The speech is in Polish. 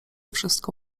wszystko